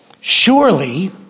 Surely